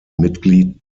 mitglied